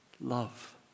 Love